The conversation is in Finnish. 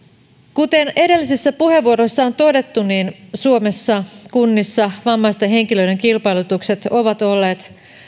kuten edellisissä puheenvuoroissa on todettu suomessa kunnissa vammaisten henkilöiden osalta kilpailutukset ovat olleet